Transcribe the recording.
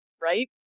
right